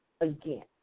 again